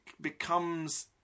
becomes